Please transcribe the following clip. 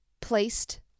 placed